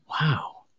Wow